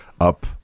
up